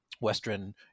Western